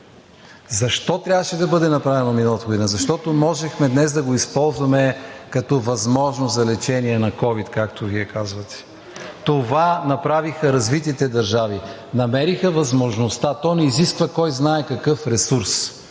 Защо трябваше да бъде направено миналата година? Защото можехме днес да го използваме като възможност за лечение на ковид, както Вие, казвате. Това направиха развитите държави. Намериха възможността. То не изисква кой знае какъв ресурс.